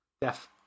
Death